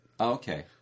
Okay